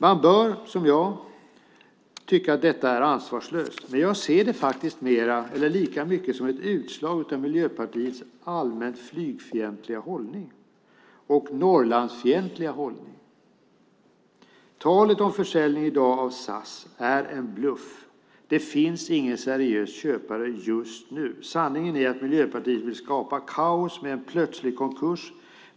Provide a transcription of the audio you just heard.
Man bör, som jag, tycka att detta är ansvarslöst, men jag ser detta lika mycket som ett utslag av Miljöpartiets allmänt flygfientliga och Norrlandsfientliga hållning. Talet om försäljning i dag av SAS är en bluff. Det finns ingen seriös köpare just nu. Sanningen är att Miljöpartiet vill skapa kaos med en plötslig konkurs.